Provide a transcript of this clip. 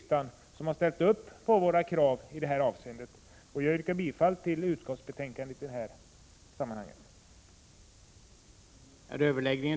1986/87:124 i detta avseende. 15 maj 1987 Jag yrkar bifall till utskottets hemställan i detta sammanhang. Fisk iske